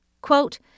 Quote